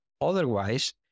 otherwise